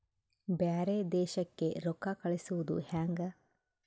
ಬ್ಯಾರೆ ದೇಶಕ್ಕೆ ರೊಕ್ಕ ಕಳಿಸುವುದು ಹ್ಯಾಂಗ?